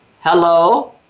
Hello